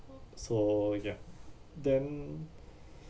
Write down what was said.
so ya then